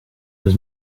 was